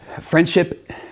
Friendship